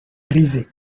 grisé